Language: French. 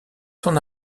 son